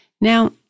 Now